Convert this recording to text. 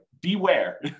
beware